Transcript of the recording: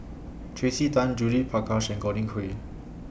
Tracey Tan Judith Prakash and Godwin Koay